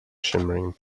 shimmering